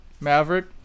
Maverick